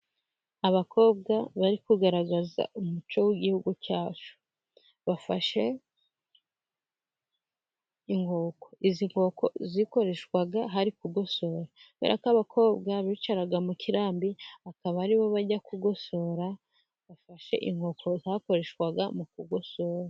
Abakobwa bari kugaragaza umuco w'igihugu cyacu. Bafashe inkoko. Izi nkoko zikoreshwa bari kugosora, kubera ko abakobwa bicaraga mu kirambi, akaba ari bo bajya kugosora. Bafashe inkoko zakoreshwaga mu kugosora.